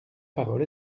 parole